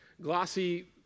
glossy